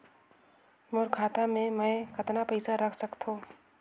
मोर खाता मे मै कतना पइसा रख सख्तो?